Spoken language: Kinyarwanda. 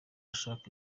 ashaka